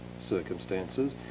circumstances